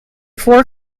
four